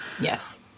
Yes